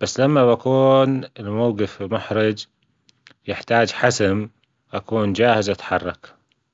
بس لما بأكون بموقف في محرج يحتاج حزم أكون جاهز وأتحرك.